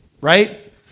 right